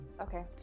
okay